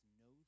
no